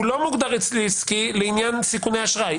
הוא לא מוגדר אצלי עסקי לעניין סיכוני אשראי.